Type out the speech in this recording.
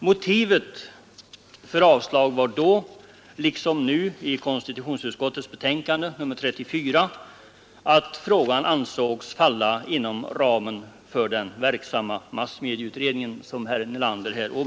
Motivet för avslag var då, liksom nu i konstitutionsutskottets betänkande nr 34, att frågan ansågs falla inom ramen för den verksamma massmedieutredningen.